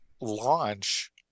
launch